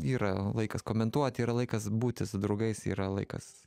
yra laikas komentuoti yra laikas būti su draugais yra laikas